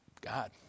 God